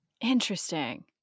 interesting